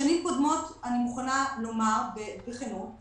ברשויות חלשות,